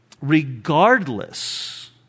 regardless